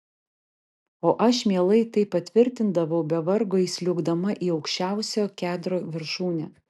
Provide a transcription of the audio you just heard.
o aš mielai tai patvirtindavau be vargo įsliuogdama į aukščiausio kedro viršūnę